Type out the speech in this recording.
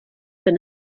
bin